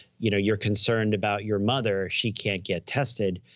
you know you're concerned about your mother. she can't get tested,